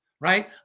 right